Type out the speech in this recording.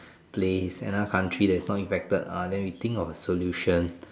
place another country that is not infected ah then we think of a solution